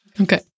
Okay